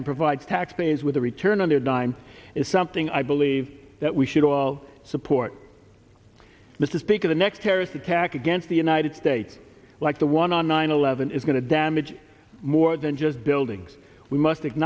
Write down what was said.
and provides taxpayers with a return on their dime is something i believe that we should all support mr speaker the next terrorist attack against the united states like the one on nine eleven is going to damage more than just buildings we must